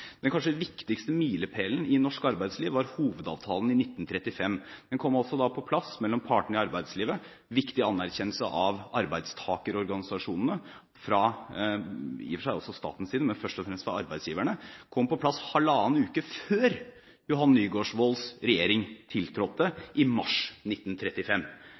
Den kanskje viktigste milepælen i norsk arbeidsliv var hovedavtalen i 1935. Den kom på plass mellom partene i arbeidslivet, og var en viktig anerkjennelse av arbeidstakerorganisasjonene – i og for seg også fra statens side, men først og fremst fra arbeidsgivernes. Den kom på plass halvannen uke før Johan Nygaardsvolds regjering tiltrådte i mars 1935.